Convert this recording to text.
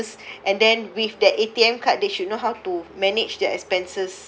and then with that A_T_M card they should know how to manage their expenses